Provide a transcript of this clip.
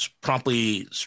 Promptly